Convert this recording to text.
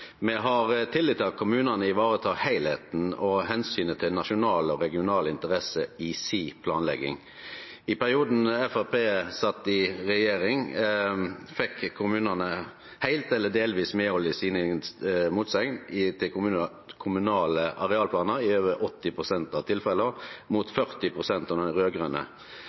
til nasjonale og regionale interesser i planlegginga si. I perioden Framstegspartiet satt i regjering, fekk kommunane heilt eller delvis medhald i motsegnene til kommunale arealplanar i over 80 pst. av tilfella, mot 40 pst. under dei raud-grøne. No ser ein at i dei 30 motsegn-sakene som vart avgjorde av